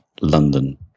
London